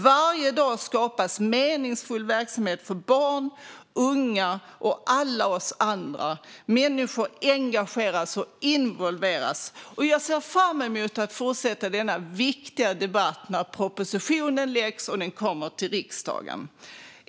Varje dag skapas meningsfull verksamhet för barn, unga och alla oss andra. Människor engageras och involveras. Jag ser fram emot att fortsätta denna viktiga debatt när propositionen kommer till riksdagen.